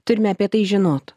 turime apie tai žinot